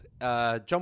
John